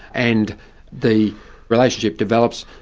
and the relationship develops,